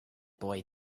boy